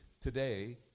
today